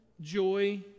joy